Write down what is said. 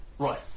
Right